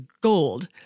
gold